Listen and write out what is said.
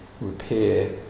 repair